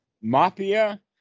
mafia